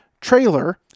trailer